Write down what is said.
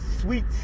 sweet